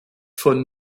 von